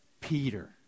Peter